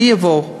אני אבוא,